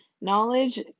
Knowledge